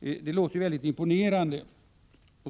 Det låter väldigt imponerande.